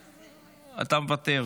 אינו נוכח,